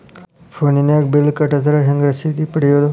ಫೋನಿನಾಗ ಬಿಲ್ ಕಟ್ಟದ್ರ ರಶೇದಿ ಹೆಂಗ್ ಪಡೆಯೋದು?